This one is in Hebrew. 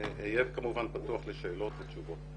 אהיה פתוח לשאלות ותשובות.